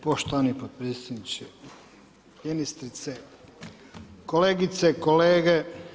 Poštovani potpredsjedniče, ministrice, kolegice, kolege.